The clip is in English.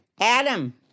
Adam